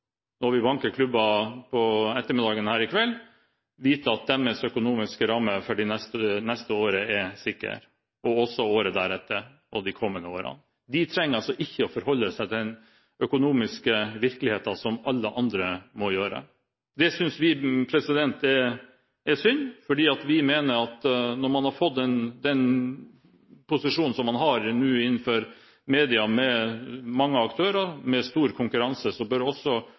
når vi banker med klubba her i kveld, vite at deres økonomiske rammer for neste år, året deretter og kommende år, er sikret. De trenger altså ikke å forholde seg til den økonomiske virkeligheten som alle andre må. Det synes vi er synd, for vi mener at når man har fått den posisjonen man nå har innenfor media, med mange aktører og stor konkurranse, så bør også